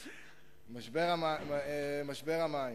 משבר המים.